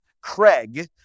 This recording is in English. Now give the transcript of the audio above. Craig